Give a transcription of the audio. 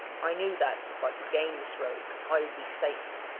i knew that if i could gain this road i would be safe,